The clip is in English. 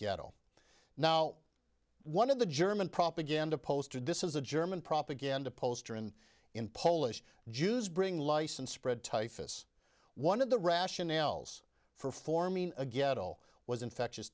ghetto now one of the german propaganda posters this is a german propaganda poster and in polish jews bring lice and spread typhus one of the rationales for forming a ghetto was infectious